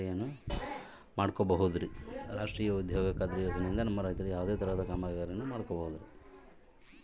ರಾಷ್ಟ್ರೇಯ ಉದ್ಯೋಗ ಖಾತ್ರಿ ಯೋಜನೆಯಿಂದ ನಮ್ಮ ರೈತರು ಯಾವುದೇ ತರಹದ ಕಾಮಗಾರಿಯನ್ನು ಮಾಡ್ಕೋಬಹುದ್ರಿ?